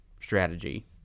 strategy